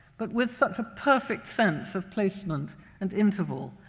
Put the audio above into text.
but with such a perfect sense of placement and interval,